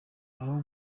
aho